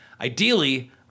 Ideally